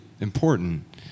important